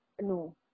No